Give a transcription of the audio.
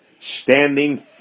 standing